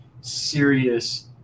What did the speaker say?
serious